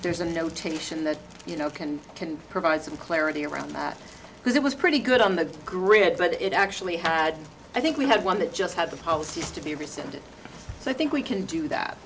there's a notation that you know can can provide some clarity around because it was pretty good on the grid but it actually had i think we had one that just had the policies to be rescinded so i think we can do that